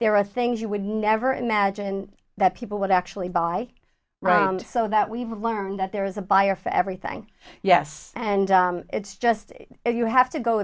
there are things you would never imagine that people would actually buy so that we've learned that there is a buyer for everything yes and it's just you have to go